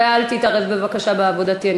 ואל תתערב בבקשה בעבודתי.